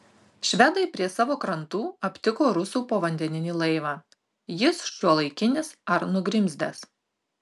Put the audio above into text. švedai prie savo krantų aptiko rusų povandeninį laivą jis šiuolaikinis ar nugrimzdęs